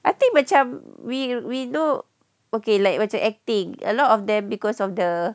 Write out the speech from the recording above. I think macam we we we know okay like macam acting a lot of them because of the